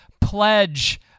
pledge